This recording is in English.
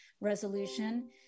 resolution